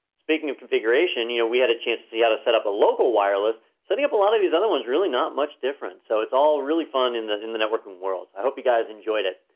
speaking of configuration, you know we had a chance to see how to set up a local wireless. setting up a lot of these other ones really not much different. so it's all really fun in the in the networking world. i hope you guys enjoyed it.